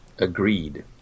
Agreed